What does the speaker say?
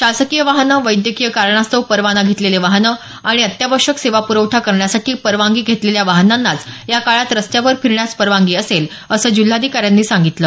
शासकीय वाहनं वैद्यकीय कारणास्तव परवाना घेतलेले वाहनं आणि अत्यावश्यक सेवा प्रवठा करण्यासाठी परवानगी घेतलेल्या वाहनांनाच या काळात रस्त्यावर फिरण्यास परवानगी असेल असं जिल्हाधिकाऱ्यांनी सांगितलं